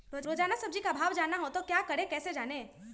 रोजाना सब्जी का भाव जानना हो तो क्या करें कैसे जाने?